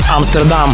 Amsterdam